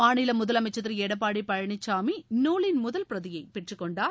மாநில முதலமைச்சன் திரு எடப்பாடி பழனிசாமி நூலின் முதல் பிரதியை பெற்றுகொண்டார்